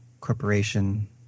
Corporation